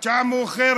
עד שעה מאוחרת.